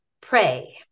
pray